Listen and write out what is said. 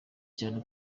cyane